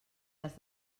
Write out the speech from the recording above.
les